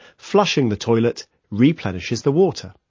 flushing the toilet replenishes the water.